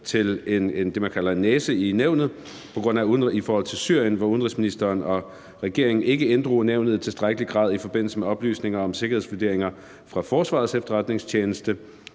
give det, man kalder en næse, i Nævnet i forhold til Syrien, hvor udenrigsministeren og regeringen ikke inddrog Nævnet i tilstrækkelig grad i forbindelse med oplysninger om sikkerhedsvurderinger fra Forsvarets Efterretningstjeneste